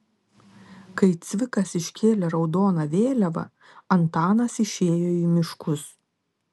kai cvikas iškėlė raudoną vėliavą antanas išėjo į miškus